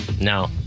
No